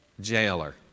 jailer